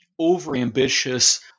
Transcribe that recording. overambitious